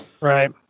Right